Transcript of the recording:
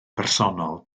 bersonol